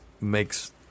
makes